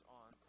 on